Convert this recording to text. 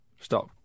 Stop